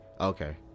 Okay